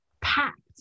packed